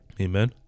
Amen